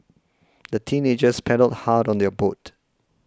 the teenagers paddled hard on their boat